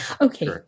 Okay